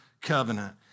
covenant